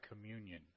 communion